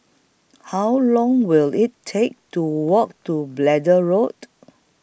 How Long Will IT Take to Walk to Braddell Road